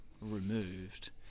removed